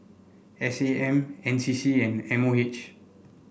S A M N C C and M O H